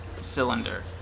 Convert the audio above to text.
cylinder